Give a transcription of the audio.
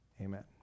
Amen